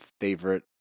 favorite